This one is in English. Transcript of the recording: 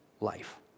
life